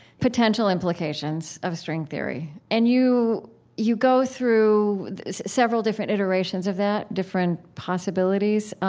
potential implications of string theory. and you you go through several different iterations of that, different possibilities.